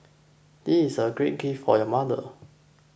this is a great gift for your mother